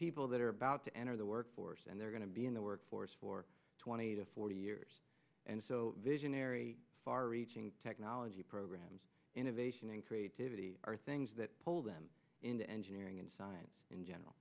people that are about to enter the workforce and they're going to be in the workforce for twenty to forty years and so visionary far reaching technology programs innovation and creativity are things that hold them in the engineering and science in general